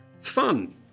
fun